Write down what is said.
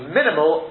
minimal